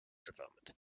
development